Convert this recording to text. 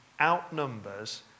outnumbers